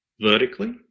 vertically